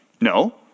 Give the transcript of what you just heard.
No